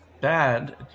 bad